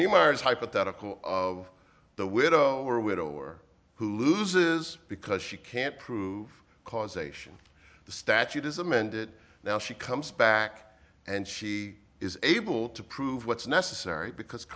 numerics hypothetical of the widow or widower who loses because she can't prove causation the statute is amend it now she comes back and she is able to prove what's necessary because